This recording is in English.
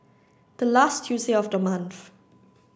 the last Tuesday of the month